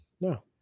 no